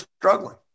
struggling